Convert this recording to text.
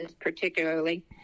particularly